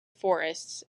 forests